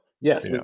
Yes